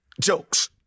jokes